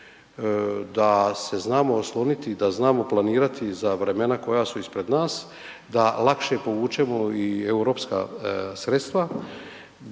da se znamo osloniti, da znamo planirati za vremena koja su ispred nas da lakše povučemo i europska sredstva,